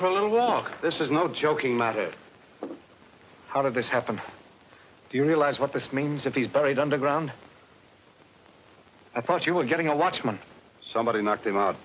for a little walk this is no joking matter how did this happen do you realize what this means if he's buried underground i thought you were getting a lot from somebody knocked him out